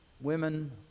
women